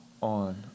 on